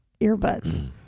earbuds